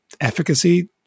efficacy